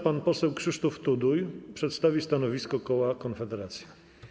Pan poseł Krzysztof Tuduj przedstawi stanowisko koła Konfederacja.